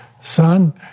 Son